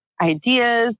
Ideas